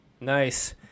Nice